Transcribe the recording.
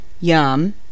yum